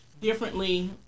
differently